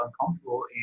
uncomfortable